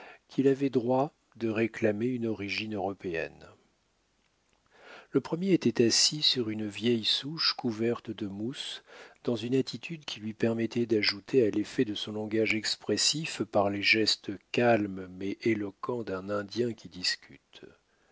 qu'il avait droit de réclamer une origine européenne le premier était assis sur une vieille souche couverte de mousse dans une attitude qui lui permettait d'ajouter à l'effet de son langage expressif par les gestes calmes mais éloquents d'un indien qui discute